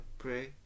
pray